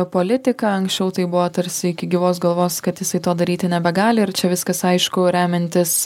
politiką anksčiau tai buvo tarsi iki gyvos galvos kad jisai to daryti nebegali ir čia viskas aišku remiantis